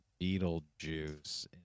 Beetlejuice